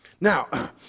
Now